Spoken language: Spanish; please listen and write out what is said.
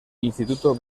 instituto